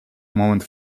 moment